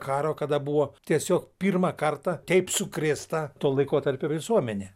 karo kada buvo tiesiog pirmą kartą taip sukrėsta to laikotarpio visuomenė